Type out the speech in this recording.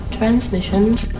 transmissions